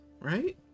right